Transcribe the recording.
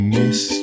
miss